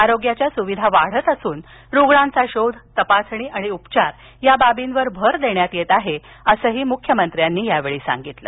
आरोग्याच्या सुविधा वाढत असून रुग्णांचा शोध तपासणी आणि उपचार या बाबीवर भर देण्यात येत आहे अस मुख्यमंत्र्यांनी सांगितलं